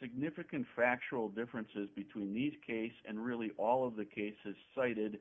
significant factual differences between each case and really all of the cases cited